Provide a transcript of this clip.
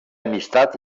amistat